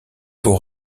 vos